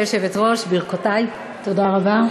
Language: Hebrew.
גברתי היושבת-ראש, ברכותי, תודה רבה.